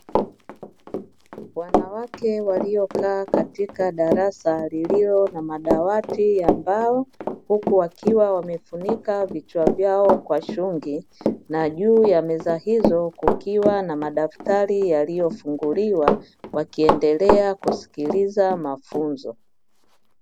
Wanawake waliokaa katika darasa lililo na madawati ya mbao, huku wakiwa wamefunika vichwa vyao kwa shungi, na juu ya meza hizo kukiwa na madaftari yaliyofunguliwa, wakiendelea kusikiliza mafunzo.